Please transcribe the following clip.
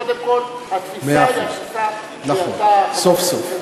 מאה אחוז, נכון, סוף-סוף.